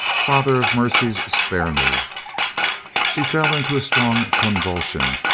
father of mercies, spare me she fell into a strong convulsion,